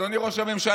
אדוני ראש הממשלה,